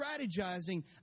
strategizing